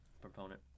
Proponent